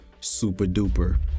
super-duper